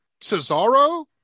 Cesaro